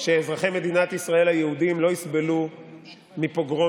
שאזרחי מדינת ישראל היהודים לא יסבלו מפוגרומים